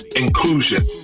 inclusion